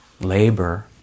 labor